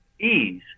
ease